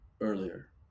earlier